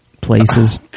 places